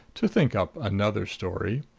to think up another story.